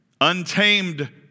untamed